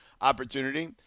opportunity